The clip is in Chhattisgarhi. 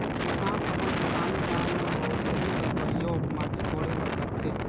किसान अपन किसानी काम मे बउसली कर परियोग माटी कोड़े बर करथे